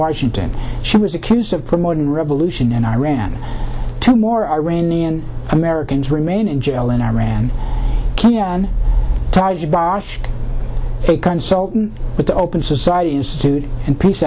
washington she was accused of promoting revolution in iran two more iranian americans remain in jail in iran tied to a consultant with the open society institute and peace